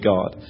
God